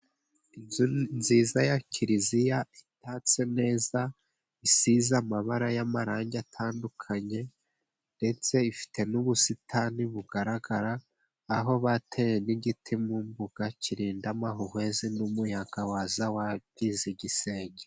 Inzu nziza ya kiliziya itatse neza, isize amabara y'amarangi atandukanye, ndetse ifite n'ubusitani bugaragara, aho bateye n'igiti mu mbuga kirinda amahuhwezi n'umuyaga waza wangiza igisenge.